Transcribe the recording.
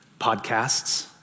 podcasts